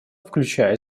включая